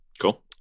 cool